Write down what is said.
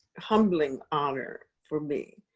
humbling honor for me.